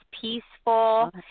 peaceful